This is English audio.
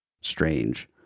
strange